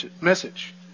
message